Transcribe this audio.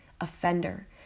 offender